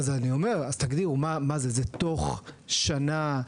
תגדירו, תוך שנה,